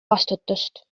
vastutust